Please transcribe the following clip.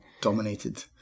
Dominated